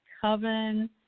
coven